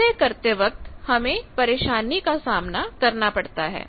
इसे करते वक्त हमें परेशानी का सामना करना पड़ता है